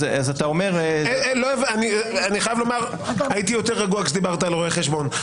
אז אתה אומר --- הייתי יותר רגוע כשדיברת על רואי חשבון.